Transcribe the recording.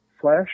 Flash